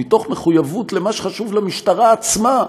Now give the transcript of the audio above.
מתוך מחויבות למה שחשוב למשטרה עצמה,